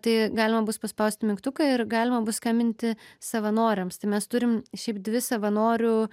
tai galima bus paspausti mygtuką ir galima bus skambinti savanoriams tai mes turim šiaip dvi savanorių